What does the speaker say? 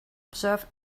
observe